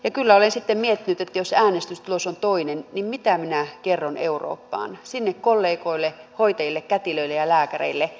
ja kyllä olen sitten miettinyt että jos äänestystulos on toinen niin mitä minä kerron eurooppaan kollegoille hoitajille kätilöille ja lääkäreille